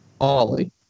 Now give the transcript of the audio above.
Ollie